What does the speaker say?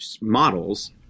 models